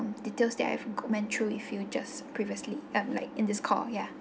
details that I've went through with you just previously um like in this call ya